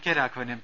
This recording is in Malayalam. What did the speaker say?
K Raghavan M